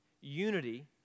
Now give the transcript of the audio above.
unity